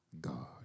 God